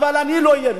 אבל אני לא אהיה.